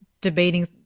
debating